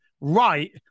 right